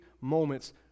moments